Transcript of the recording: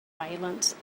violence